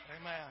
Amen